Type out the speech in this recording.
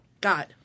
God